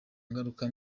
ngaruka